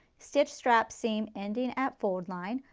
stitch strap seam ending at fold line,